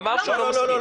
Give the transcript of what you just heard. אמר שהוא לא מסכים.